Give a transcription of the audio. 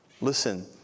Listen